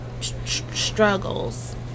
struggles